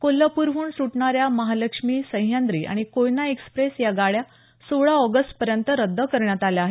कोल्हापूरहून सुटणाऱ्या महालक्ष्मी सह्याद्री आणि कोयना एक्सप्रेस या गाड्या सोळा ऑगस्ट पर्यंत रद्द करण्यात आल्या आहेत